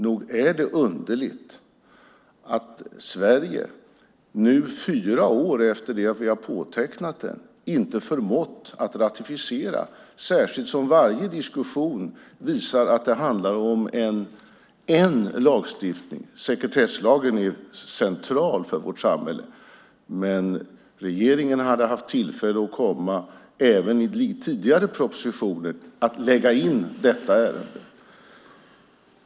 Nog är det underligt att Sverige fyra år efter att vi har påtecknat den inte har förmått ratificera, särskilt som varje diskussion visar att det handlar om en lagstiftning. Sekretesslagen är central för vårt samhälle, men regeringen hade haft tillfälle att även i tidigare propositioner lägga in detta ärende.